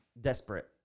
desperate